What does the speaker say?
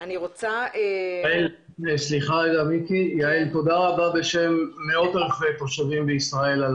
יעל תודה רבה בשם מאות אלפי תושבים בישראל על